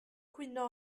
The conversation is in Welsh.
cwyno